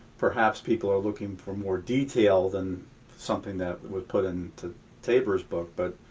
perhaps people are looking for more detail than something that was put into taber's book, but